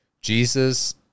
Jesus